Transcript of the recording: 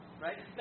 right